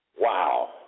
Wow